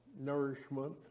nourishment